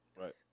Right